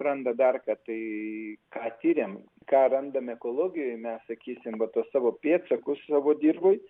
randa dar ką tai ką tiriam ką randame ekologijoj mes sakysim va tuos savo pėdsakus savo dirvoj